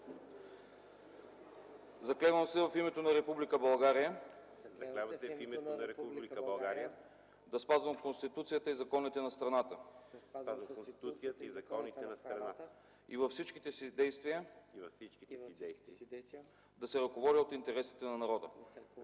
„Заклевам се в името на Република България да спазвам Конституцията и законите на страната и във всичките си действия да се ръководя от интересите на народа.